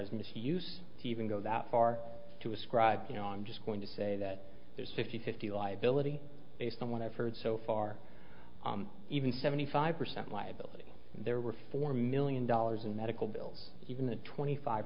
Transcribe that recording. as misuse even go that far to ascribe you know i'm just going to say that there's fifty fifty liability based on what i've heard so far even seventy five percent liability there were four million dollars in medical bills even the twenty five